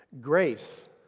Grace